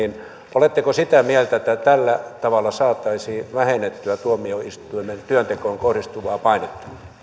oletteko sitä mieltä että tällä tavalla saataisiin vähennettyä tuomioistuimen työntekoon kohdistuvaa painetta